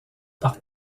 par